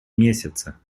месяца